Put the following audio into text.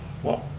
well,